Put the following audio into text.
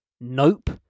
Nope